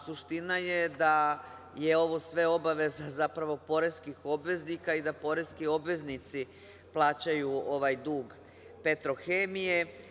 Suština je da je ovo sve obaveza zapravo poreskih obveznika i da poreski obveznici plaćaju ovaj dug „Petrohemije“